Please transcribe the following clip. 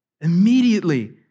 Immediately